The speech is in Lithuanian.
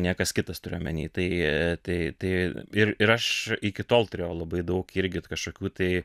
niekas kitas turiu omeny tai tai tai ir ir aš iki tol turėjau labai daug irgi kažkokių tai